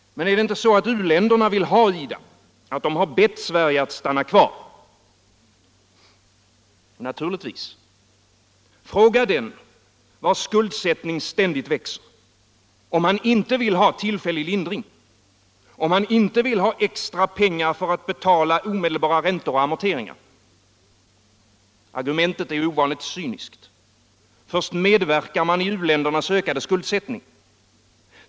Men är det inte så att u-länderna vill ha IDA, att de bett Sverige att stanna kvar? Naturligtvis! Fråga den vars skuldsättning ständigt växer, om han inte vill ha tillfällig lindring, extra pengar för att betala omedelbara räntor och amorteringar. Argumentet är ovanligt cyniskt. Först medverkar man i u-ländernas ökade skuldsättning.